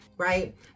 right